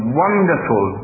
wonderful